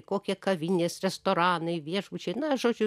kokie kavinės restoranai viešbučiai na žodžiu